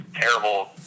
terrible